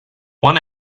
one